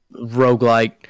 roguelike